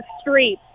street